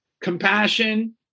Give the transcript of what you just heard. compassion